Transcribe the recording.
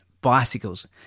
bicycles